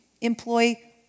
employ